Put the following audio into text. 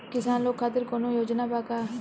किसान लोग खातिर कौनों योजना बा का?